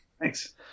Thanks